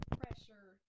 pressure